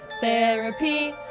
therapy